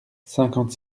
cinquante